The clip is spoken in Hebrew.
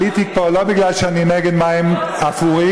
עליתי פה לא מפני שאני נגד מים אפורים,